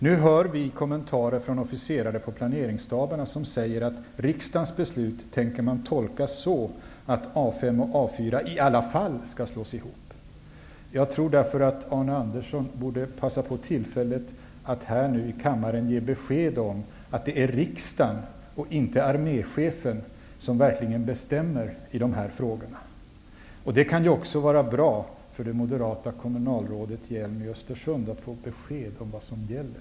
Nu har utskottet fått höra kommentarer från officerare på planeringsstaberna om att riksdagens beslut kommer att tolkas så att I 5 och A 4 i alla fall skall slås ihop. Jag tror därför att Arne Andersson borde passa på tillfället att här i kammaren ge besked om att det är riksdagen och inte arméchefen som verkligen bestämmer i dessa frågor. Det kan också vara bra för det moderata kommunalrådet i Östersund att få besked om vad som gäller.